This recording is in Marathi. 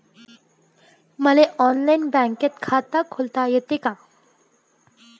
मले ऑनलाईन बँक खात खोलता येते का?